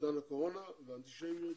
בעידן הקורונה האנטישמיות